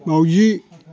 माउजि